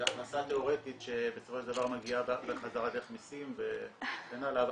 זו הכנסה תיאורטית שבסופו של דבר מגיעה חזרה דרך מסים וכן הלאה,